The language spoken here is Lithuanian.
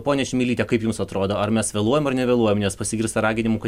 ponia čmilyte kaip jums atrodo ar mes vėluojam ar nevėluojam nes pasigirsta raginimų kad